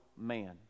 man